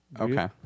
Okay